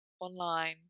online